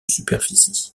superficie